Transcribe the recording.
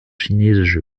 chinesische